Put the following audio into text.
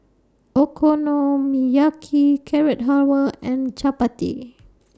Okonomiyaki Carrot Halwa and Chapati